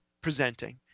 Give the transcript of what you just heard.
presenting